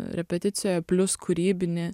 repeticijoje plius kūrybinį